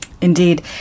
Indeed